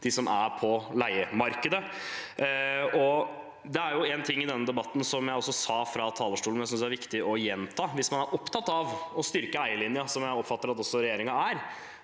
de som er på leiemarkedet. Det er en ting i denne debatten som jeg sa fra talerstolen, som jeg synes det er viktig å gjenta. Hvis man er opptatt av å styrke eierlinjen, som jeg oppfatter at også regjeringen er,